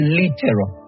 literal